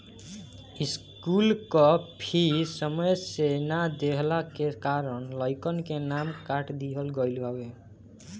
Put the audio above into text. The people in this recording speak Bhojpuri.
स्कूल कअ फ़ीस समय से ना देहला के कारण लइकन के नाम काट दिहल गईल हवे